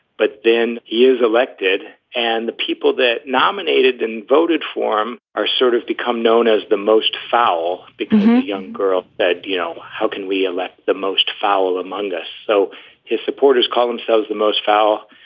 but then he is elected and the people that nominated and voted form are sort of become known as the most foul young girl that, you know, how can we elect the most foul among us? so his supporters call themselves the most foul.